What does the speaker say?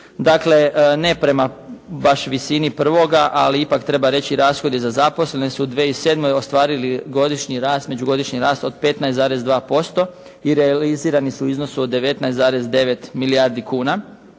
Dakle ne prema baš visini prihoda, ali ipak treba reći rashodi za zaposlene su u 2007. ostvarili godišnji rast, međugodišnji rast od 15,2% i realizirani su u iznosu od 19,9 milijardi kuna.